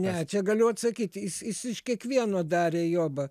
ne čia galiu atsakyti jis jis iš kiekvieno darė jobą